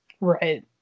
Right